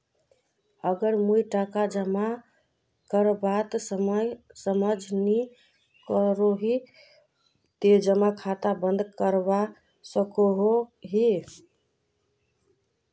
अगर मुई टका जमा करवात सक्षम नी करोही ते जमा खाता बंद करवा सकोहो ही?